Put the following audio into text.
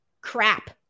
crap